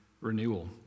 renewal